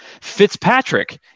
Fitzpatrick